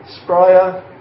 sprayer